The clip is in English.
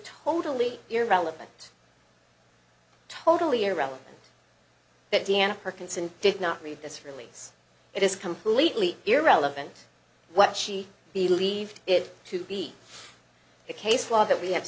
totally irrelevant totally irrelevant that deanna parkinson did not read this release it is completely irrelevant what she believed it to be the case law that we have